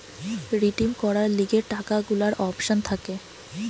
redeem করার লিগে টাকা গুলার অপশন থাকে